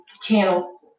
channel